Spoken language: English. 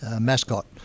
Mascot